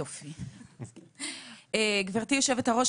גברתי היושבת-ראש,